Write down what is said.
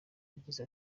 yagize